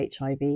HIV